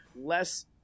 less